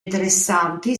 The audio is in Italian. interessanti